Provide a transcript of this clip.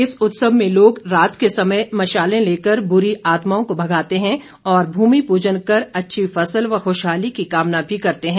इस उत्सव में लोग रात के समय मशालें लेकर बुरी आत्माओं को भगाते हैं और भूमि पूजन कर अच्छी फसल व खुशहाली की कामना भी करते हैं